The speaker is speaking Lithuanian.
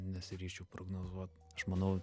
nesiryžčiau prognozuot aš manau